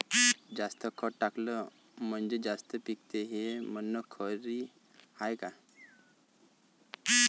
जास्त खत टाकलं म्हनजे जास्त पिकते हे म्हन खरी हाये का?